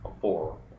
Four